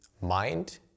mind